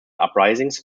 uprisings